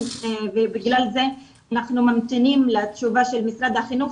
ובגלל זה אנחנו ממתינים לתשובה של משרד החינוך,